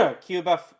Cuba